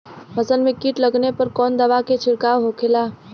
फसल में कीट लगने पर कौन दवा के छिड़काव होखेला?